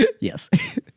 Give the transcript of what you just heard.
Yes